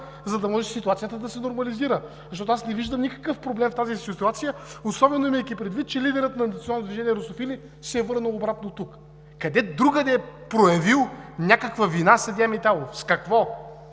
за да може ситуацията да се нормализира, защото аз не виждам никакъв проблем в тази ситуация, особено имайки предвид, че лидерът на Национално движение „Русофили“ се е върнал обратно тук?! Къде другаде е проявил някаква вина съдия Миталов? С какво?